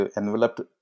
enveloped